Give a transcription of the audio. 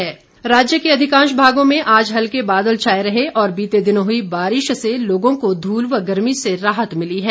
मौसम राज्य के अधिकांश भागों में आज हल्के बादल छाए रहे और बीते दिनों हुई बारिश से लोगों को धूल व गर्मी से राहत मिली है